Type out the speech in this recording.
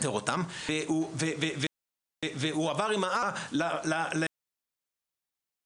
לאתר אותם והוא עבר עם האבא ליהודה ושומרון,